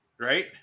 Right